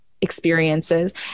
experiences